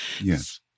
Yes